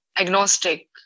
agnostic